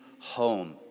home